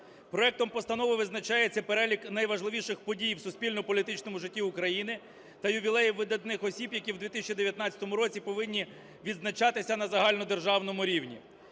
Проектом постанови визначається перелік найважливіших подій в суспільно-політичному житті України та ювілеїв видатних осіб, які в 2019 році повинні відзначатися на загальнодержавному рівні.